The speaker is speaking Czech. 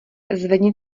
zvedni